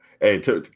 Hey